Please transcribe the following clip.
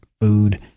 food